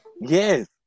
yes